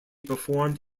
performed